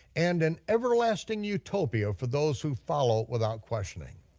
and an everlasting utopia for those who follow without questioning.